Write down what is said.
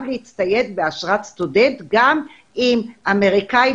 להצטייד באשרת סטודנט גם אם אמריקאי,